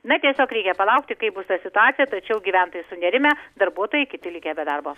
na tiesiog reikia palaukti kaip bus ta situacija tačiau gyventojai sunerimę darbuotojai kiti likę be darbo